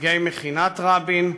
נציגי מכינת רבין,